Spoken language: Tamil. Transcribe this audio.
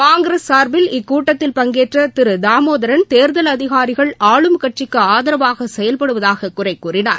காங்கிரஸ் சார்பில் இக்கூட்டத்தில் பங்கேற்ற திரு தாமோதரன் தேர்தல் அதிகாரிகள் ஆளும் கட்சிக்கு ஆதரவாக செயல்படுவதாக குறை கூறினார்